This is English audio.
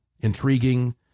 intriguing